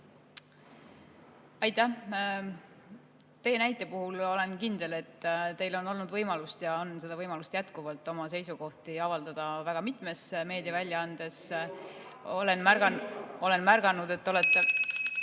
Aitäh! Teie näite puhul olen kindel, et teil on olnud võimalust ja on see võimalus jätkuvalt oma seisukohti avaldada väga mitmes meediaväljaandes. (Kalle Grünthal ütleb